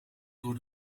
door